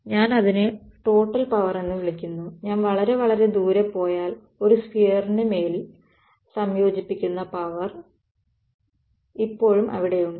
ഞാൻ അതിനെ total power എന്ന് വിളിക്കുന്നു ഞാൻ വളരെ വളരെ ദൂരെ പോയാൽ ഒരു സ്ഫിയറിന് മേൽ സംയോജിപ്പിച്ച പവർ ഇപ്പോഴും അവിടെയുണ്ട്